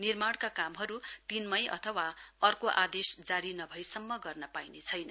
निर्माणका कामहरू तीन मई अथवा अर्को आदेश जारी नभएसम्म गर्न पाइने छैन